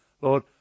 Lord